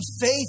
faith